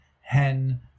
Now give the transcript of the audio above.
hen